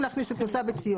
רוצים להכניס את נושא הביציות.